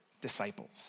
disciples